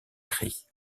cris